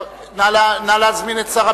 נא להזמין את שר הביטחון,